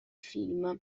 film